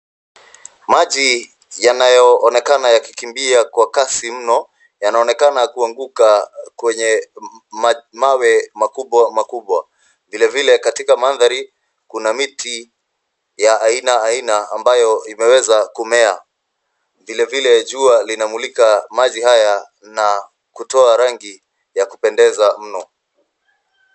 Maji yanayoonekana yakikimbia kwa kasi mno, yanaonekana kuanguka kwenye mawe makubwa makubwa. Vilevile katika mandhari, kuna miti ya aina aina ambayo imeweza kumea. Vilevile jua linamulika maji haya na kutoa rangi ya kupendeza mno.